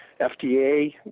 FDA